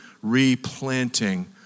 replanting